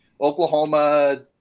Oklahoma